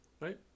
Right